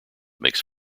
makes